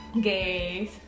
gays